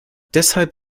deshalb